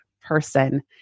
person